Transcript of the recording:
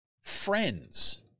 friends